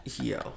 Yo